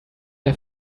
der